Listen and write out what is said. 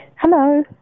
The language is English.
Hello